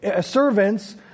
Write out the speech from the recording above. servants